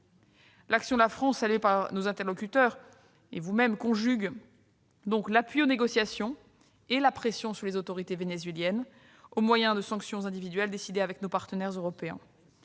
L'action de la France, saluée par nos interlocuteurs et vous-mêmes, conjugue donc l'appui aux négociations et la pression sur les autorités vénézuéliennes, au moyen de sanctions individuelles décidées avec nos partenaires européens.